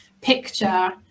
picture